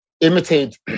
Imitate